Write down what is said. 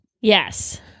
Yes